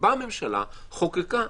באה הממשלה, חוקקה.